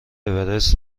اورست